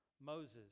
Moses